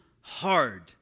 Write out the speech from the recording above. hard